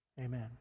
amen